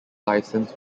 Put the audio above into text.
license